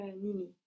Nini